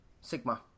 Sigma